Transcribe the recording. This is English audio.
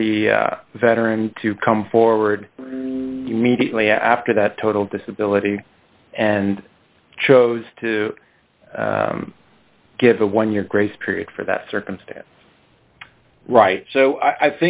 the veterans to come forward mediately after that total disability and chose to give a one year grace period for that circumstance right so i